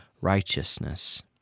righteousness